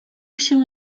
się